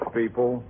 people